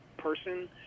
person